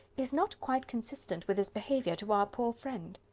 is not quite consistent with his behaviour to our poor friend.